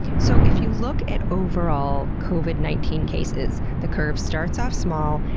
so if you look at overall covid nineteen cases, the curve starts off small,